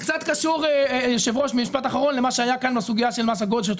זה קצת קשור לסוגיה של מס הגודש.